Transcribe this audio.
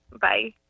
Bye